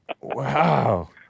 Wow